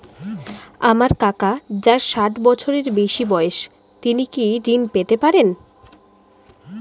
আমার কাকা যার ষাঠ বছরের বেশি বয়স তিনি কি ঋন পেতে পারেন?